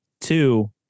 Two